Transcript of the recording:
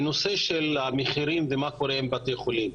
בנושא של המחירים ומה שקורה עם בתי חולים: